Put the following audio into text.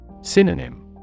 Synonym